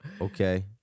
Okay